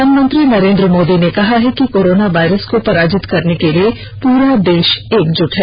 प्रधानमंत्री नरेन्द्र मोदी ने कहा है कि कोरोना वायरस को पराजित करने के लिए पूरा देश एकजुट है